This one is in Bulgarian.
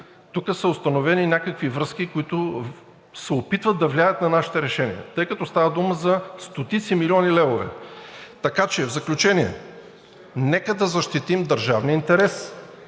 Тук са установени някакви връзки, които се опитват да влияят на нашите решения, тъй като става дума за стотици милиони левове. Така че, в заключение, нека да защитим държавния интерес,